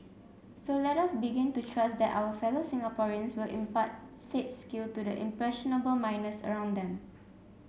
so let us begin to trust that our fellow Singaporeans will impart said skill to the impressionable minors around them